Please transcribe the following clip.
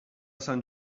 sant